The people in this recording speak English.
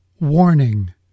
Warning